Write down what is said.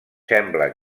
sembla